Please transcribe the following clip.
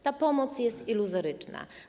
Ta pomoc jest iluzoryczna.